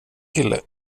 kille